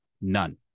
None